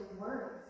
words